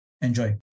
Enjoy